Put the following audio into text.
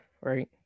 right